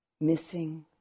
missing